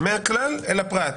מהכלל אל הפרט,